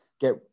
get